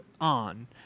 on